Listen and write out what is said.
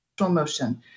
motion